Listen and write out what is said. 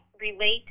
relate